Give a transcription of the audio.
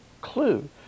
clue